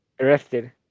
Arrested